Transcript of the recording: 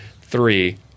Three –